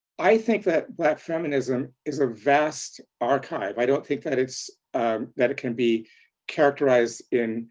i think that black feminism is a vast archive. i don't think that it's that it can be characterized in